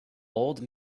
old